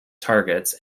targets